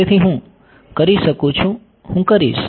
તેથી હું કરી શકું છું હું કરીશ